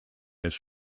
this